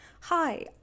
hi